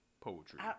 poetry